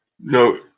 no